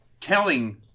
telling